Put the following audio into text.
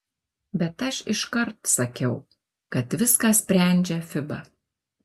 bet aš iškart sakiau kad viską sprendžia fiba